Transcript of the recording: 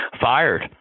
fired